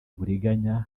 uburiganya